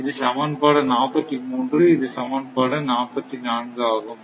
இது சமன்பாடு 43 மற்றும் இது சமன்பாடு 44 ஆகும்